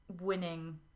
winning